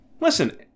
Listen